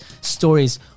stories